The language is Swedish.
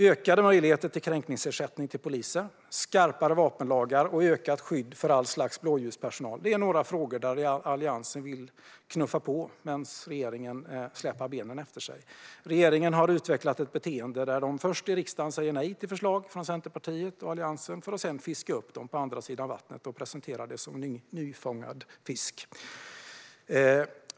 Ökade möjligheter till kränkningsersättning till poliser, skarpare vapenlagar och ökat skydd för all slags blåljuspersonal är några frågor där Alliansen vill knuffa på medan regeringen släpar benen efter sig. Regeringen har utvecklat ett beteende där de först i riksdagen säger nej till förslag från Centerpartiet och Alliansen för att sedan fiska upp dem på andra sidan vattnet och presentera dem som nyfångad fisk.